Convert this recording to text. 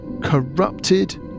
corrupted